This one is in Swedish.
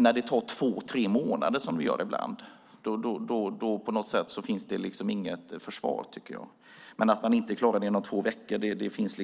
När det tar två tre månader, som det gör ibland, tycker jag inte att det finns något försvar. Men det finns